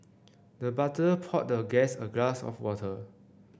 the butler poured the guest a glass of water